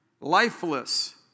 lifeless